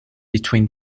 between